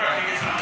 לא רק לגזענות,